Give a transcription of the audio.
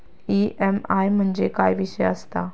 EMI म्हणजे काय विषय आसता?